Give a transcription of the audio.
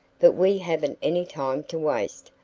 but we haven't any time to waste,